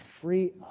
free